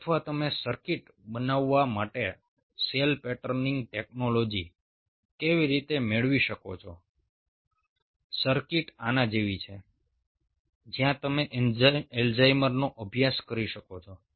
અથવા તમે સર્કિટ બનાવવા માટે સેલ પેટર્નિંગ ટેકનોલોજી કેવી રીતે મેળવી શકો છો સર્કિટ આના જેવી છે જ્યાં તમે અલ્ઝાઇમરનો અભ્યાસ કરી શકો છો